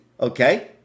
okay